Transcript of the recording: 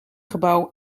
gebouw